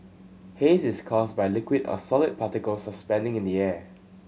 haze is caused by liquid or solid particles suspending in the air